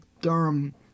Durham